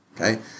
okay